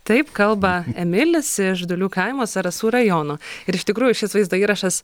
taip kalba emilis iš dulių kaimo zarasų rajono ir iš tikrųjų šis vaizdo įrašas